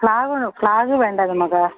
flag വേണോ flag വേണ്ടേ നമുക്ക്